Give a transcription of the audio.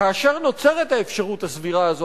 כאשר נוצרת האפשרות הסבירה הזאת,